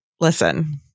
listen